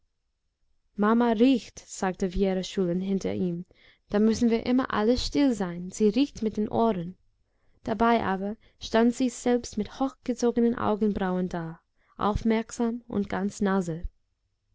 mama riecht sagte wjera schulin hinter ihm da müssen wir immer alle still sein sie riecht mit den ohren dabei aber stand sie selbst mit hochgezogenen augenbrauen da aufmerksam und ganz nase